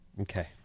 Okay